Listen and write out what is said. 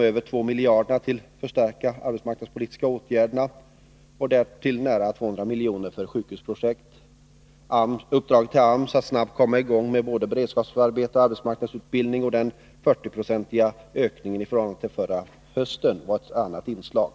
Över 2 miljarder kronor satsades på att förstärka de arbetsmarknadspolitiska åtgärderna och därtill nära 200 milj.kr. för sjukhusprojekt. Uppdraget till AMS att snabbt komma i gång med både beredskapsarbete och arbetsmarknadsutbildning och den 40-procentiga ökningen i förhållande till förra hösten var ett annat inslag.